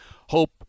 hope